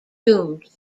doomed